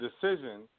decision